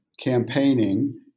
campaigning